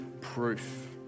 proof